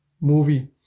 movie